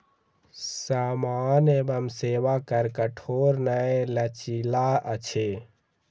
सामान एवं सेवा कर कठोर नै लचीला अछि